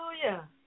hallelujah